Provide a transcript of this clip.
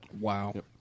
Wow